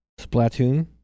Splatoon